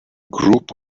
group